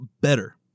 better